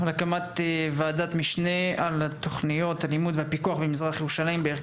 על הקמת ועדת משנה על תכניות הלימוד במזרח ירושלים והפיקוח עליהן,